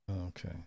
Okay